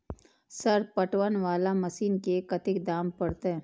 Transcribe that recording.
Sir पटवन वाला machine के कतेक दाम परतें?